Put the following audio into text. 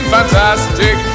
Fantastic